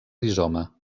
rizoma